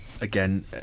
again